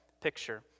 picture